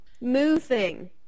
moving